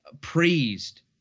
praised